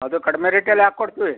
ಅದು ಕಡಿಮೆ ರೇಟಲ್ಲಿ ಹಾಕಿ ಕೊಡ್ತೀವಿ